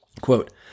Quote